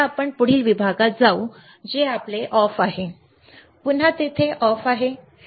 आता आपण पुढील विभागात जाऊया जे आपले ऑफ आहे पुन्हा ते येथे ऑफ आहे